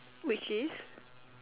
which is